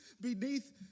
beneath